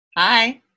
Hi